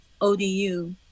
ODU